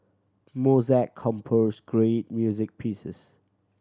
Mozart composed great music pieces